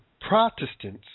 Protestants